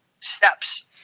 steps